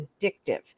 addictive